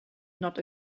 not